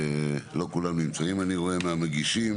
לא כולם נמצאים מהמגישים.